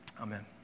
Amen